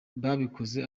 yabikoze